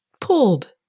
pulled